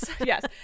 yes